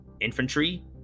infantry